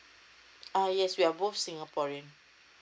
ah yes we are both singaporean